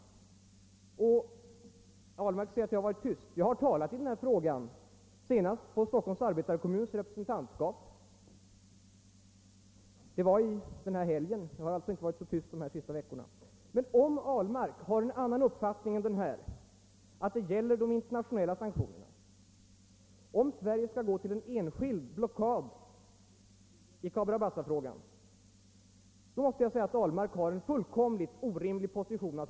Herr Ahlmark säger att jag har varit tyst i den frågan, men jag talade om den senast på Stockholms arbetarekommuns representantskap förra helgen. Jag har alltså ' inte varit tyst under de senaste veckorna. Om herr Ahlmark har en annan uppfattning än att det här gäller de internationella sanktionerna och vill att Sverige skall företa en enskild blockad i Cabora Bassa-frågan, så måste jag säga att herr Ahlmark intar en helt orimlig position.